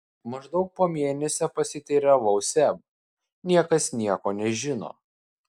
maždaug po mėnesio pasiteiravau seb niekas nieko nežino